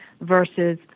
Versus